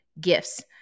gifts